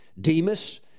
Demas